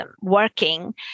working